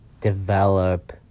develop